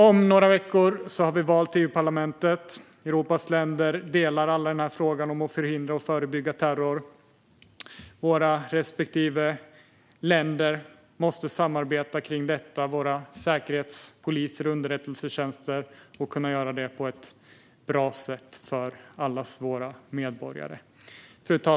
Om några veckor är det val till EU-parlamentet. Europas länder delar alla behovet av att förhindra och förebygga terror. Våra respektive länders säkerhetspoliser och underrättelsetjänster måste samarbeta i detta och kunna göra det på ett bra sätt för allas våra medborgare. Fru talman!